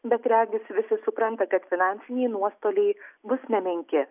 bet regis visi supranta kad finansiniai nuostoliai bus nemenki